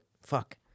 Fuck